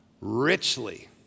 Richly